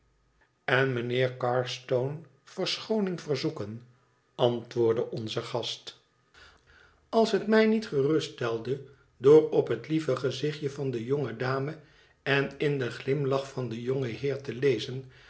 en beblock mijnheer carstone verschooning verzoeken antwoordde onze gast als het mij niet geruststelde door op het lieve gezichtje van de jonge dame en in den glimlach van den jongen heer te lezen